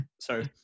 sorry